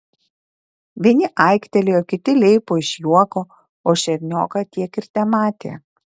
vieni aiktelėjo kiti leipo iš juoko o šernioką tiek ir tematė